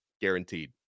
guaranteed